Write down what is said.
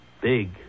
Big